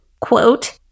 quote